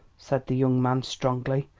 said the young man strongly.